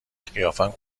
قیافم